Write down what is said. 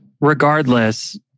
regardless